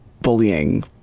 bullying